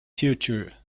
future